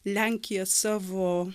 lenkija savo